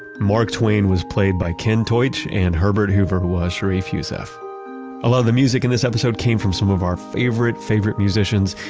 mark twain was played by ken teutsch and herbert hoover was sharif youssef a lot of the music in this episode came from some of our favorite, favorite musicians,